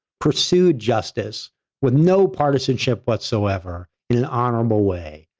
pursued justice with no partisanship whatsoever in an honorable way.